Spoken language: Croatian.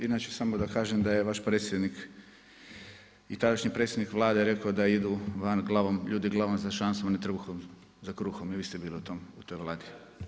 Inače samo da kažem da je vaš predsjednik i tadašnji predsjednik vlade rekao da idu van glavom ljudi glavom za … i trbuhom za kruhom i vi ste bili u toj vladi.